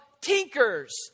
tinkers